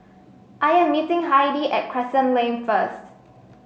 I am meeting Heidi at Crescent Lane first